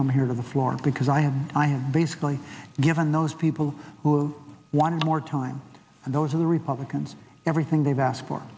come here to the floor because i and i have basically given those people who wanted more time and those of the republicans everything they've asked for